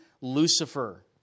Lucifer